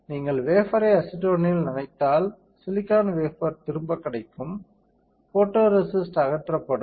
நீங்கள் வேஃபர்ரை அசிட்டோனில் நனைத்தால் சிலிக்கான் வேஃபர் திரும்ப கிடைக்கும் போட்டோரேசிஸ்ட் அகற்றப்படும்